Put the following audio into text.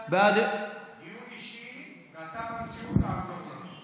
דיון אישי, ואתה בנשיאות תעזור לנו.